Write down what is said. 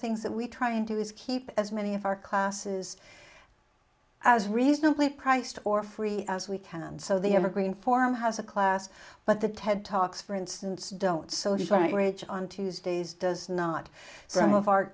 things that we try and do is keep as many of our classes as reasonably priced or free as we can so the evergreen form has a class but the ted talks for instance don't socialize ridge on tuesdays does not some of